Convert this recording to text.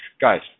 guys